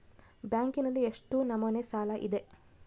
ಬ್ಯಾಂಕಿನಲ್ಲಿ ಎಷ್ಟು ನಮೂನೆ ಸಾಲ ಇದೆ?